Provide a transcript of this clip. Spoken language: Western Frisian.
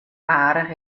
aardich